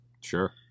Sure